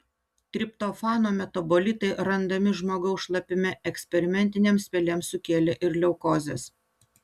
triptofano metabolitai randami žmogaus šlapime eksperimentinėms pelėms sukėlė ir leukozes